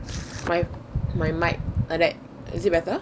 my my mic like that is it better